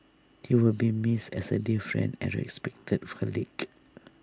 he will be missed as A dear friend and respected colleague